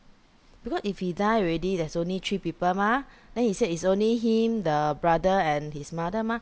because if he die already there's only three people mah then he said it's only him the brother and his mother mah